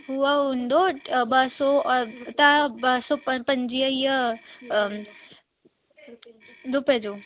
हुअ हूंदो अ ॿ सौ त ॿ सौ पंजवीह रुपियनि जो